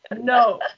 No